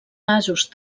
vasos